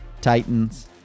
titans